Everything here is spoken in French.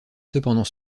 cependant